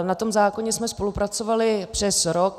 Na tom zákoně jsme spolupracovali přes rok.